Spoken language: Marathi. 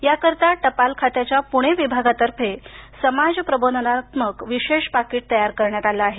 याकरीता टपाल खात्याच्या पुणे विभागातर्फे समाजप्रबोधनात्मक विशेष पाकिट तयार केलं आहे